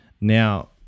Now